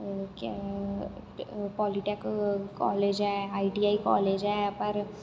polytech college ऐ I T I college ऐ पर